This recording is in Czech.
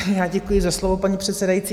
Já děkuji za slovo, paní předsedající.